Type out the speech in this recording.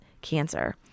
cancer